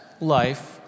life